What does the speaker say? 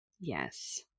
Yes